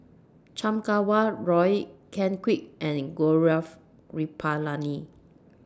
Chan Kum Wah Roy Ken Kwek and Gaurav Kripalani